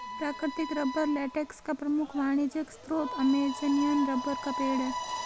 प्राकृतिक rubber latex का प्रमुख वाणिज्यिक स्रोत अमेज़ॅनियन रबर का पेड़ है